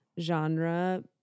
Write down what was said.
genre